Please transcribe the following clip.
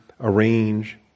arrange